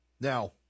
Now